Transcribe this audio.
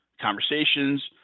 conversations